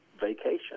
vacation